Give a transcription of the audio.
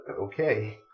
okay